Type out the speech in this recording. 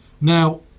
Now